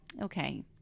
okay